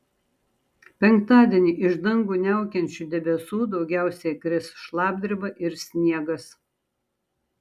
penktadienį iš dangų niaukiančių debesų daugiausiai kris šlapdriba ir sniegas